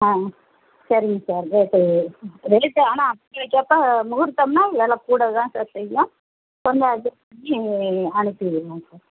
ஆ சரிங்க sir rate rate ஆனால் கேட்ப முகூர்த்தம்னா வில கூட தான் சார் செய்யும் கொஞ்சம் அட்ஜஸ்ட் பண்ணி அனுப்பி விடுங்க சார்